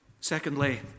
Secondly